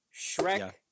Shrek